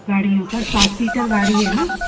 गाड़ियों का सात सीटर गाड़ी है न